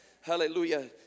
Hallelujah